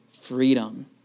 freedom